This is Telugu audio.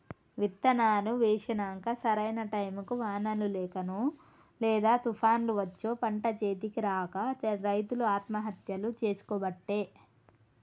విత్తనాలు వేశినంక సరైన టైముకు వానలు లేకనో లేదా తుపాన్లు వచ్చో పంట చేతికి రాక రైతులు ఆత్మహత్యలు చేసికోబట్టే